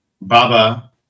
Baba